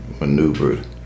maneuvered